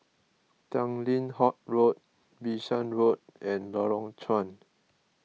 Tanglin Halt Road Bishan Road and Lorong Chuan